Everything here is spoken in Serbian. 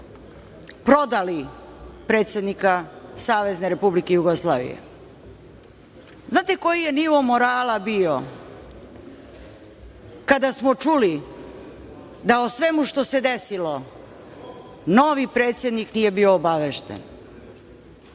prodali predsednika Savezne Republike Jugoslavije? Znate koji je nivo morala bio kada smo čuli da o svemu što se desilo novi predsednik nije bio obavešten?